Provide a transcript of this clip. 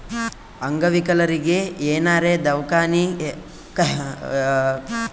ಅಂಗವಿಕಲರಿಗಿ ಏನಾರೇ ದವ್ಕಾನಿ ಖರ್ಚ್ ಇದ್ದೂರ್ ಇನ್ಸೂರೆನ್ಸ್ ಕಂಪನಿ ಕೊಡ್ತುದ್